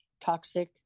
toxic